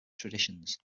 traditions